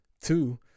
Two